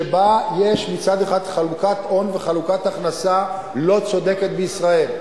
שבה יש מצד אחד חלוקת הון וחלוקת הכנסה לא צודקת בישראל,